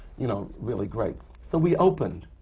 you know, really great. so we opened,